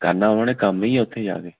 ਕਰਨਾ ਉਹਨਾਂ ਨੇ ਕੰਮ ਹੀ ਆ ਉੱਥੇ ਜਾ ਕੇ